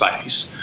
space